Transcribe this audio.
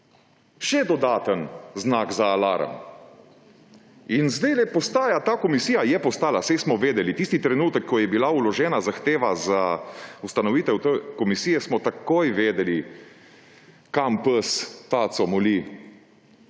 Še dodaten znak za alarm. In zdaj postaja ta komisija, je postala, saj smo vedeli, tisti trenutek, ko je bila vložena zahteva za ustanovitev te komisije, smo takoj vedeli, kam pes taco moli